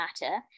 matter